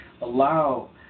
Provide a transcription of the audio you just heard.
allow